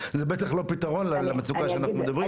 זה בטח לא פתרון למצוקה שאנחנו מדברים עליה.